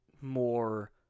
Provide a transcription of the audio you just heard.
more